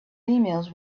emails